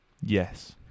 Yes